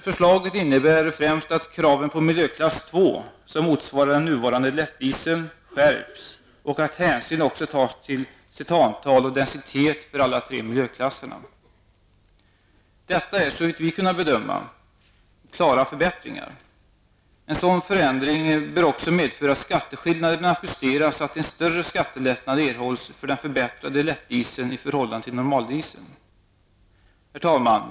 Förslaget innebär främst att kraven på miljöklass 2, som motsvarar den nuvarande lättdieseln skärps, och att hänsyn också tas till cetantal och densitet för alla tre miljöklasserna. Detta är såvitt vi kunnat bedöma, klara förbättringar. En sådan förändring bör också medföra att skatteskillnaderna justeras så att en större skattelättnad erhålls för den förbättrade lättdieseln i förhållande till normaldieseln. Herr talman!